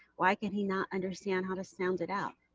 why can he not understand how to sound it out?